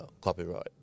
copyright